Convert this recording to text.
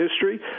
history